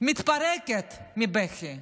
מתפרקת מבכי,